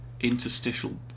interstitial